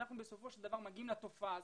אנחנו בסופו של דבר מגיעים לתופעה הזאת.